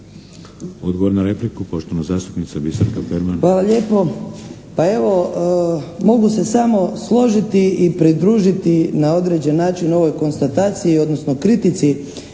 Odgovor na repliku, poštovana zastupnica Biserka Perman. **Perman, Biserka (SDP)** Hvala lijepo. Pa evo, mogu se samo složiti i pridružiti na određen način ovoj konstataciji odnosno kritici